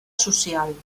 social